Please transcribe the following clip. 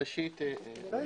בבקשה.